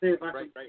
right